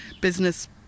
business